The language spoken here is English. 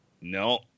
No